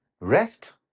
rest